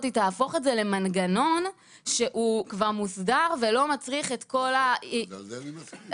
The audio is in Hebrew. תהפוך את זה למנגנון מוסדר שלא מצריך את כל --- על זה אני מסכים.